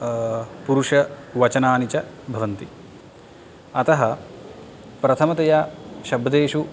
पुरुष वचनानि च भवन्ति अतः प्रथमतया शब्देषु